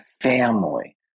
family